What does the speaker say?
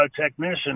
technician